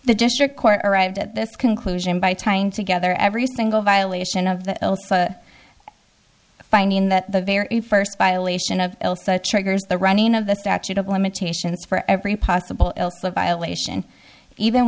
the district court arrived at this conclusion by tying together every single violation of the finding that the very first violation of l such triggers the running of the statute of limitations for every possible violation even